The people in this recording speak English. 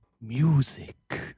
music